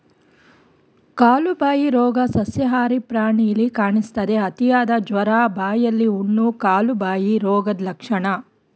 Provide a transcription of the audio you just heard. ಕಾಲುಬಾಯಿ ರೋಗ ಸಸ್ಯಾಹಾರಿ ಪ್ರಾಣಿಲಿ ಕಾಣಿಸ್ತದೆ, ಅತಿಯಾದ ಜ್ವರ, ಬಾಯಿಲಿ ಹುಣ್ಣು, ಕಾಲುಬಾಯಿ ರೋಗದ್ ಲಕ್ಷಣ